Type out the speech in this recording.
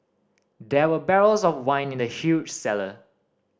there were barrels of wine in the huge cellar